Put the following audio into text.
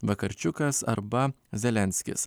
vakarčiukas arba zelenskis